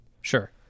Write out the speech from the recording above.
Sure